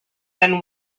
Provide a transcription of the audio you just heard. then